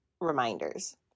reminders